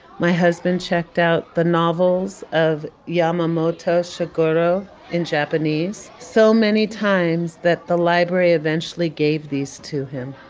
my husband checked out the novels of yamamoto shugoro in japanese so many times that the library eventually gave these to him.